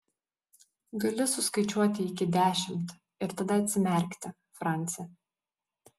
gali suskaičiuoti iki dešimt ir tada atsimerkti franci